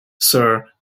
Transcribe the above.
sir